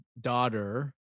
daughter